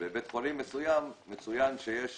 בבית חולים מסוים מצוין שיש